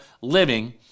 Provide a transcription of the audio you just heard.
living